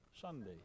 Sunday